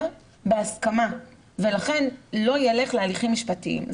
בהסכמה ולכן לא ילך להליכים משפטיים.